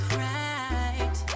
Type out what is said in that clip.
right